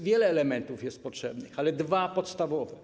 Wiele elementów jest potrzebnych, ale dwa są podstawowe.